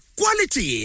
quality